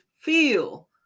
feel